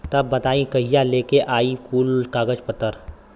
तब बताई कहिया लेके आई कुल कागज पतर?